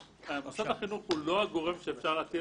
מוסד החינוך הוא לא הגורם שאפשר להטיל